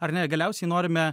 ar ne galiausiai norime